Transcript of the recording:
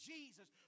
Jesus